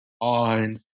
on